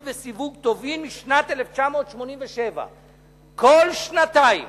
וסיווג טובין משנת 1987. כל שנתיים